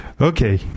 Okay